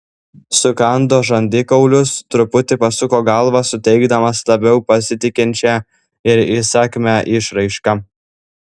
sukando žandikaulius truputį pasuko galvą suteikdamas labiau pasitikinčią ir įsakmią išraišką